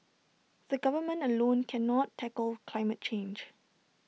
the government alone cannot tackle climate change